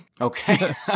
Okay